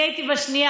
אני הייתי בשנייה.